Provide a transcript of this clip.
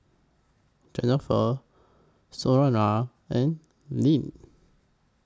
Jennifer Senora and Lynne